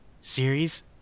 series